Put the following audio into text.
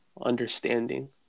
understanding